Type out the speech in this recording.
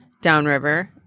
downriver